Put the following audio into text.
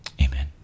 Amen